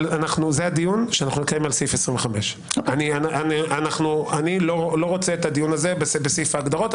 אבל זה הדיון שאנחנו נקיים על סעיף 25. אני לא רוצה את הדיון הזה בסעיף ההגדרות.